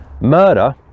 murder